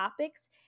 topics